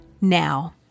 now